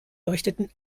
leuchteten